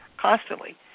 constantly